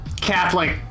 Catholic